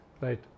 right